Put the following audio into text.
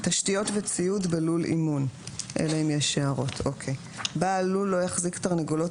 תשתיות ציוד בלול אימון בעל לול לא יחזיק תרנגולות